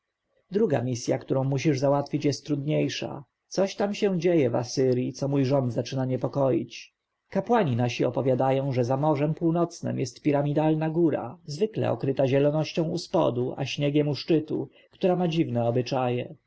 druga misja którą musisz załatwić jest trudniejsza coś się tam dzieje w asyrji co mój rząd zaczyna niepokoić kapłani nasi opowiadają że za morzem północnem jest piramidalna góra zwykle okryta zielonością u spodu a śniegiem u szczytu która ma dziwne obyczaje